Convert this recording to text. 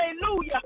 hallelujah